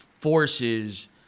forces